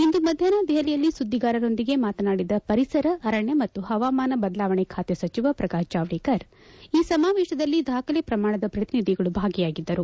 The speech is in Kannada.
ಇಂದು ಮಧ್ಯಾಪ್ನ ದೆಹಲಿಯಲ್ಲಿ ಸುದ್ದಿಗಾರರೊಂದಿಗೆ ಮಾತನಾಡಿದ ಪರಿಸರ ಅರಣ್ಯ ಮತ್ತು ಹವಾಮಾನ ಬದಲಾವಣೆ ಬಾತೆ ಸಚಿವ ಪ್ರಕಾಶ್ ಜಾವಡೇಕರ್ ಈ ಸಮಾವೇಶದಲ್ಲಿ ದಾಖಲೆ ಪ್ರಮಾಣದ ಪ್ರತಿನಿಧಿಗಳು ಭಾಗಿಯಾಗಿದ್ದರು